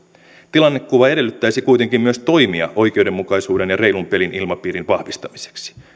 tilannekuva edellyttäisi kuitenkin myös toimia oikeudenmukaisuuden ja reilun pelin ilmapiirin vahvistamiseksi